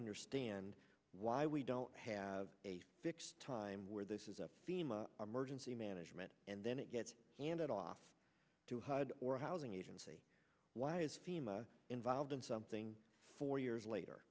understand why we don't have a fixed time where this is a team a emergency management and then it gets handed off to hide or housing agency why is fema involved in something four years